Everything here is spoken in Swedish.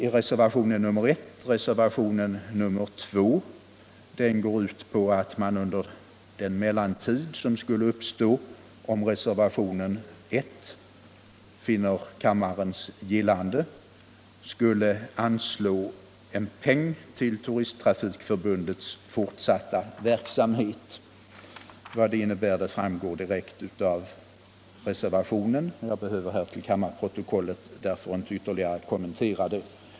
I reservationen 2 framhålles att man skulle anslå medel till Turisttrafikförbundets fortsatta verksamhet under hela det kommande budgetåret. Den närmare innebörden av förslaget framgår av reservationen, och jag skall inte till kammarprotokollet ytterligare kommentera denna.